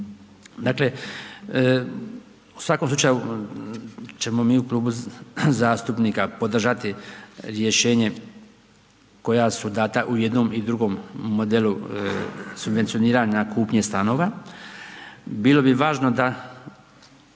Dakle u svakom slučaju ćemo mi u Klubu zastupnika podržati rješenje koja su dana u jednom i drugom modelu subvencioniranja kupnje stanova. Bilo bi važno da